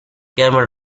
camel